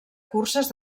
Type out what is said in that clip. curses